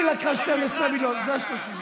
היא לקחה 12 מיליון, זה, 30 מיליון.